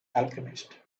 alchemist